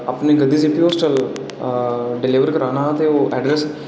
अपनी गद्दी सिप्पी होस्टल डिलीवर कराना हा ते ओह् अड्रैस